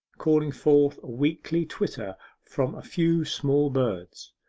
calling forth a weakly twitter from a few small birds.